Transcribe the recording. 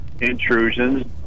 intrusions